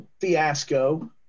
fiasco